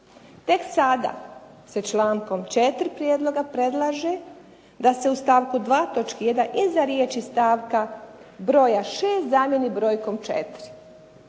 Tek sada se člankom 4. prijedloga predlaže da se u stavku 2. točki 1. iza riječi: stavka broja 6. zamijeni brojkom 4.,